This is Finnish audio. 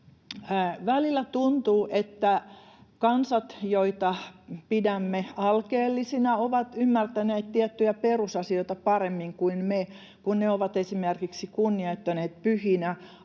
Välillä tuntuu, että kansat, joita pidämme alkeellisina, ovat ymmärtäneet tiettyjä perusasioita paremmin kuin me, kun ne ovat esimerkiksi kunnioittaneet pyhinä alueita,